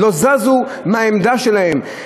הם לא זזו מהעמדה שלהם.